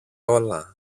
όλα